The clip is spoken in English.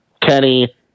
Kenny